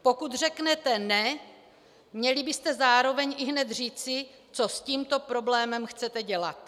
Pokud řeknete ne, měli byste zároveň ihned říci, co s tímto problémem chcete dělat.